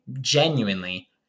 genuinely